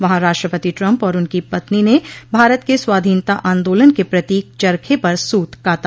वहां राष्ट्रपति ट्रंप और उनकी पत्नी ने भारत के स्वाधीनता आंदोलन के प्रतीक चरखे पर सूत काता